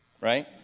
right